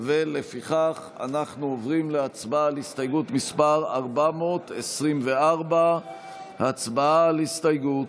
לפיכך אנחנו עוברים להצבעה על הסתייגות מס' 424. הצבעה על ההסתייגות.